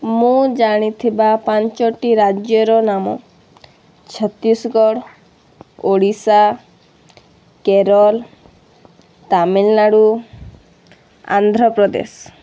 ମୁଁ ଜାଣିଥିବା ପାଞ୍ଚଟି ରାଜ୍ୟର ନାମ ଛତିଶଗଡ଼ ଓଡ଼ିଶା କେରଲ ତାମିଲନାଡ଼ୁ ଆନ୍ଧ୍ରପ୍ରଦେଶ